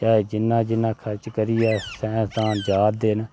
जिन्ना खर्च करियै साईंसदान जा दे न